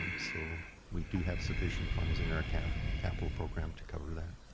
so we do have sufficient funds in our capital capital program to cover that.